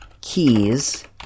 keys